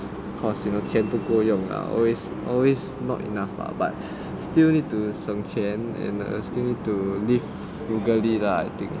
how to say 钱不够用 lah always always not enough lah but still need to 省钱 you know still need to live frugally I think